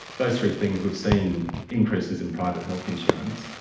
those three things we've seen increases in private health insurance,